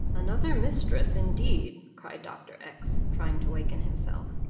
another mistress, indeed! cried dr. x, trying to waken himself.